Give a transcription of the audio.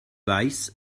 weiß